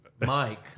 Mike